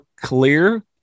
clear